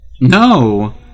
no